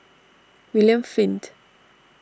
William Flint